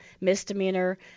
misdemeanor